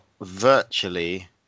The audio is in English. virtually